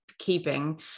Keeping